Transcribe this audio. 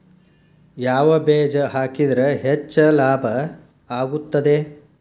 ಯಾವ ಬೇಜ ಹಾಕಿದ್ರ ಹೆಚ್ಚ ಲಾಭ ಆಗುತ್ತದೆ?